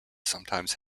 sometimes